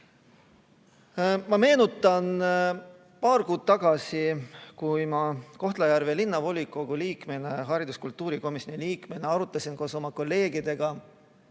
Ma meenutan aega paar kuud tagasi, kui ma Kohtla-Järve Linnavolikogu liikmena, haridus- ja kultuurikomisjoni liikmena arutasin koos oma kolleegidega